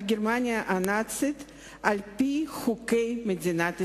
גרמניה הנאצית על-פי חוקי מדינת ישראל,